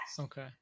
okay